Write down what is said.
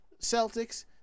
Celtics